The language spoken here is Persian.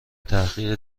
تحقیق